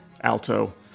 alto